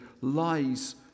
lies